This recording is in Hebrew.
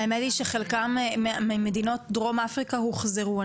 חלקם ממדינות דרום אפריקה הוחזרו.